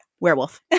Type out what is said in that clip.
werewolf